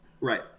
Right